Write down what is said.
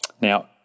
Now